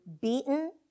beaten